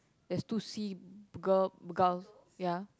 there's two seagull gulls ya